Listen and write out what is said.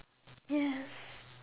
yes